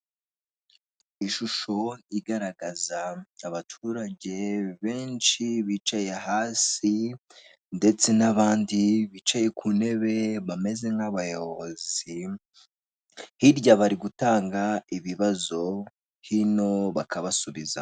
Ishusho igaragaza abaturage benshi bicaye hasi ndetse n'abandi bicaye ku ntebe bameze nk'abayobozi, hirya bari gutanga ibibazo hino bakabasubiza.